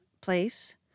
place